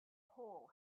hole